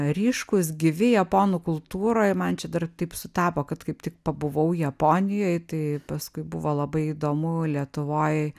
ryškūs gyvi japonų kultūroj ir man čia dar taip sutapo kad kaip tik pabuvau japonijoj tai paskui buvo labai įdomu lietuvoj